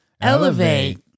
elevate